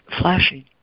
flashing